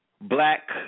black